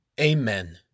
Amen